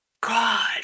god